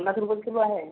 पन्नासेक रुपये सूट आहे